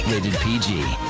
pg.